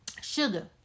sugar